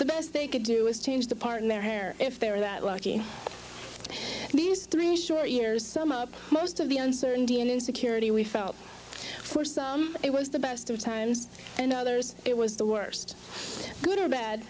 the best they could do is change the part in their hair if they are that lucky these three short years some up most of the uncertainty and insecurity we felt it was the best of times and others it was the worst good or bad